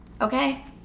okay